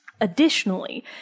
Additionally